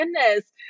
goodness